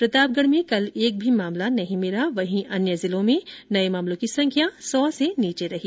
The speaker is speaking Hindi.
प्रतापगढ़ में कल एक भी मामला नहीं मिला वहीं अन्य जिलों में नए मामलों की संख्या सौ से नीचे रही